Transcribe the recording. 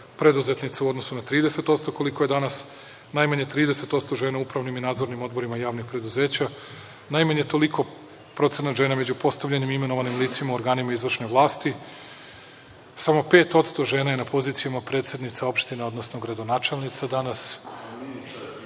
preduzetnica u odnosu na 30% koliko je danas, najmanje 30% u upravnim i nadzornim odborima javnih preduzeća, najmanje toliki procenat žena među postavljenim i imenovanim licima u organima izvršne vlasti. Samo 5% žena je na pozicijama predsednica opština, odnosno gradonačelnice